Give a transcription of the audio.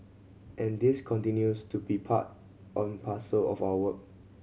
and this continues to be part on parcel of our work